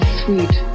sweet